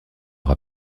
leur